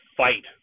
fight